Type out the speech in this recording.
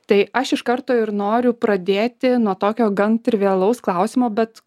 tai aš iš karto ir noriu pradėti nuo tokio gan trivialaus klausimo bet